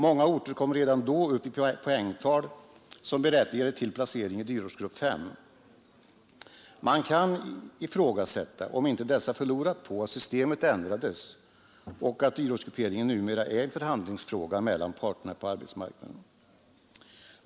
Många orter kom redan då upp i poängtal som berättigade till placering i dyrortsgrupp 5. Man kan ifrågasätta om inte dessa förlorat på att systemet ändrades och att dyrortsgrupperingen numera är en förhandlingsfråga mellan parterna på arbetsmarknaden.